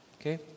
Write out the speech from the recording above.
Okay